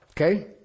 Okay